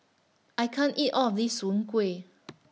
I can't eat All of This Soon Kueh